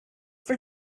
for